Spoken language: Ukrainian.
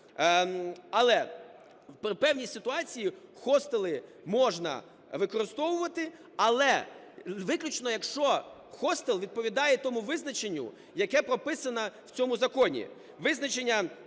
але при певній ситуації хостели можна використовувати, але виключно якщо хостел відповідає тому визначенню, яке прописане в цьому законі. Визначення